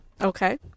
Okay